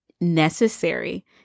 necessary